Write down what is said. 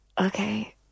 Okay